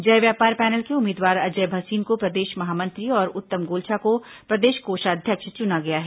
जय व्यापार पैनल के उम्मीदवार अजय भसीन को प्रदेश महामंत्री और उत्तम गोलछा को प्रदेश कोषाध्यक्ष चुना गया है